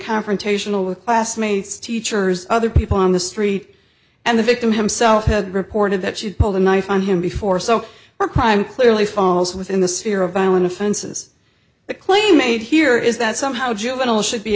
confrontational with classmates teachers other people on the street and the victim himself had reported that she had pulled a knife on him before so her crime clearly falls within the sphere of violent offenses the claim made here is that somehow juveniles should be